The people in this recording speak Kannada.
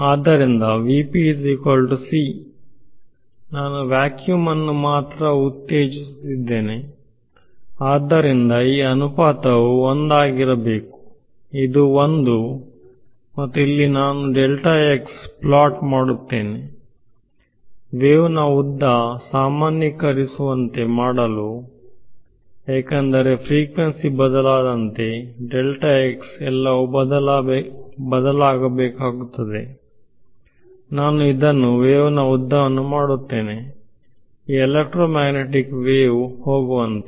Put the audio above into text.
ಆದ್ದರಿಂದ ನಾನು ವ್ಯಾಕ್ಯೂಮ್ ಅನ್ನು ಮಾತ್ರ ಉತ್ತೇಜಿಸುತ್ತಿದ್ದೇನೆ ಆದ್ದರಿಂದ ಈ ಅನುಪಾತವು 1 ಆಗಿರಬೇಕು ಇದು 1 ಮತ್ತು ಇಲ್ಲಿ ನಾನು ಪ್ಲಾಟ್ ಮಾಡುತ್ತೇನೆ ವೇವ್ ನ ಉದ್ದ ಸಾಮಾನ್ಯೀಕರಿಸುವಂತೆ ಮಾಡಲು ಏಕೆಂದರೆ ಫ್ರಿಕ್ವೆನ್ಸಿ ಬದಲಾದಂತೆ ಎಲ್ಲವೂ ಬದಲಾಗಬೇಕಾಗುತ್ತದೆ ನಾನು ಇದನ್ನು ವೇವ್ನ ಉದ್ದವನ್ನು ಮಾಡುತ್ತೇನೆ ಈ ಎಲೆಕ್ಟ್ರೋ ಮ್ಯಾಗ್ನೆಟ್ ವೇವ್ ಹೋಗುವಂತೆ